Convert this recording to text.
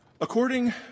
According